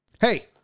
Hey